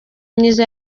myiza